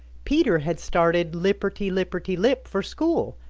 peter had started lipperty-lipperty-lip for school,